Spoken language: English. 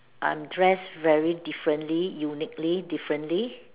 I'm dress very differently uniquely differently